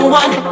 one